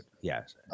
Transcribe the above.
Yes